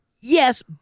Yes